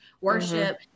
worship